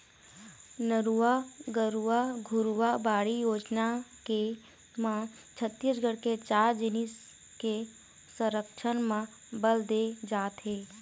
नरूवा, गरूवा, घुरूवा, बाड़ी योजना के म छत्तीसगढ़ के चार जिनिस के संरक्छन म बल दे जात हे